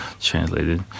translated